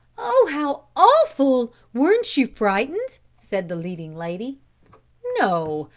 oh, how awful! weren't you frightened? said the leading-lady. no,